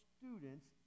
students